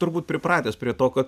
turbūt pripratęs prie to kad